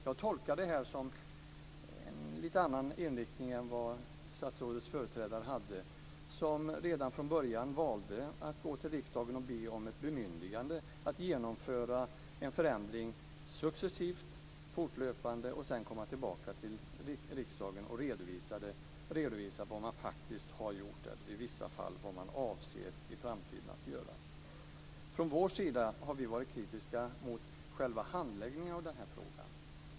Jag tolkar det som att statsrådet har en lite annan inriktning än sin företrädare, som redan från början valde att gå till riksdagen och be om ett bemyndigande att genomföra en förändring successivt och fortlöpande och sedan komma tillbaka till riksdagen och redovisa vad man faktiskt har gjort eller vad man, i vissa fall, avser att göra i framtiden. Från vår sida har vi varit kritiska mot själva handläggningen av denna fråga.